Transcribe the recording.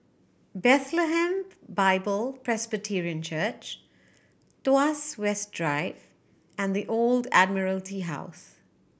Bethlehem Bible Presbyterian Church Tuas West Drive and The Old Admiralty House